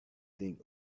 think